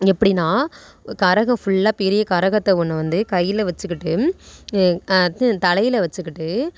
எப்படின்னா கரகம் ஃபுல்லாக பெரிய கரகத்தை கொண்டு வந்து கையில் வச்சுக்கிட்டு இது தலையில் வச்சுக்கிட்டு